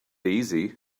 easy